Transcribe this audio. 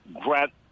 grant